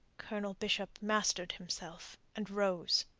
colonel bishop mastered himself, and rose.